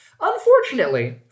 Unfortunately